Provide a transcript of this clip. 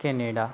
Canada